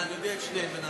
אני אודיע את שתיהן.